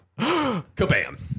Kabam